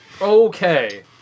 Okay